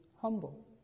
humble